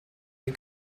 den